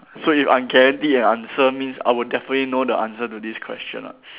so if I'm guaranteed an answer means I will definitely know the answer to this question ah